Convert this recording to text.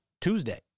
Tuesday